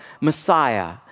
Messiah